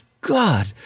God